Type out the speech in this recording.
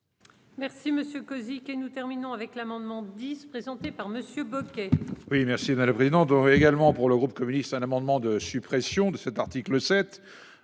monsieur Cosic et nous terminons avec l'amendement 10 présentée par Monsieur Bocquet. Oui merci. Le président aurait également pour le groupe communiste. Un amendement de suppression de cet article 7.